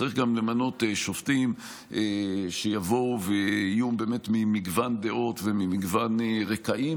צריך גם למנות שופטים שיבואו ויהיו ממגוון דעות וממגוון רקעים,